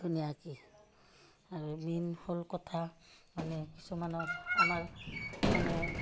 ধুনীয়াকৈ আৰু মেইন হ'ল কথা মানে কিছুমানত আমাৰ মানে